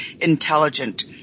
intelligent